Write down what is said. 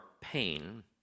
pain